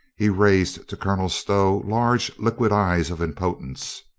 he raised to colonel stow large liquid eyes of impotence.